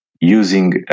using